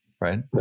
right